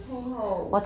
!whoa!